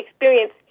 experience